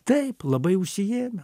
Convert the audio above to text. taip labai užsiėmę